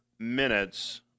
minutes